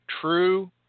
true